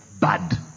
bad